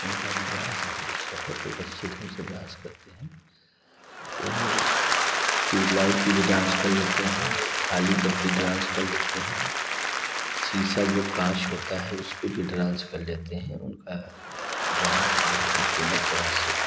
उनका भी डांस बहुत अच्छा है बहुत अच्छे ढंग से डांस करते हैं वो ट्यूबलाइट पर डांस कर लेते हैं थाली पर भी डांस कर लेते हैं शीशा जो कांच होता है उस पर भी डांस कर लेते हैं उनका डांस बहुत ही फेमस डांस है